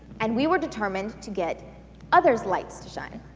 and we were determined to get others' lights to shine.